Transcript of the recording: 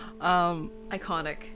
iconic